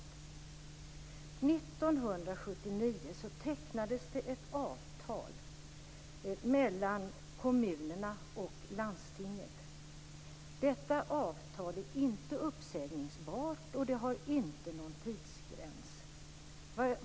År 1979 upptecknades ett avtal mellan kommunerna och landstinget. Detta avtal är inte uppsägningsbart, och det har inte någon tidsgräns.